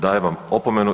Dajem vam opomenu.